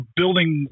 building